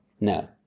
no